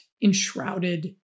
enshrouded